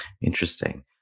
Interesting